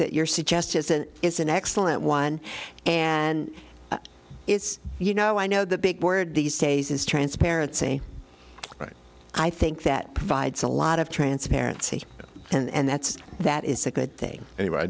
that your suggest as it is an excellent one and it's you know i know the big word these days is transparency but i think that provides a lot of transparency and that's that is a good thing